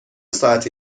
ساعتی